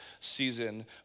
season